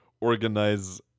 organize